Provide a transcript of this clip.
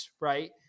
right